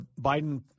Biden